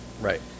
Right